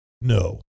No